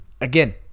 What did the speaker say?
Again